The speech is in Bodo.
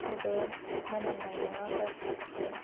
जेबो मोनामनाय नङा गाज्रि गोफोन